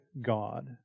God